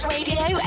radio